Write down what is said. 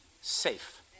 safe